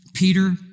Peter